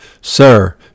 sir